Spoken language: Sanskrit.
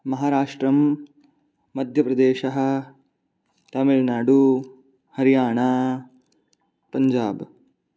महाराष्ट्रं मध्यप्रदेशः तमिल्नाडू हरियाणा पञ्जाब्